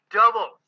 double